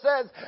says